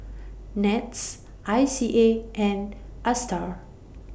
Nets I C A and ASTAR